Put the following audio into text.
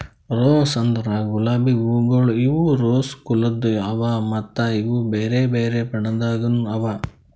rose ಅಂದುರ್ ಗುಲಾಬಿ ಹೂವುಗೊಳ್ ಇವು ರೋಸಾ ಕುಲದ್ ಅವಾ ಮತ್ತ ಇವು ಬೇರೆ ಬೇರೆ ಬಣ್ಣದಾಗನು ಅವಾ